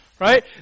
Right